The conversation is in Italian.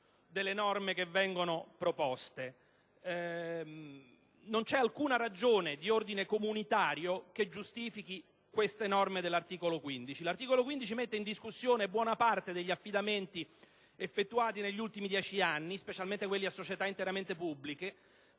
delle norme che vengono proposte. Non c'è alcuna ragione di ordine comunitario che giustifichi le previsioni dell'articolo 15. Tale articolo mette in discussione buona parte degli affidamenti effettuati negli ultimi dieci anni, specialmente quelli a società interamente pubbliche,